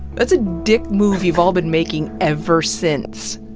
that's ah dick move you've all been making ever since.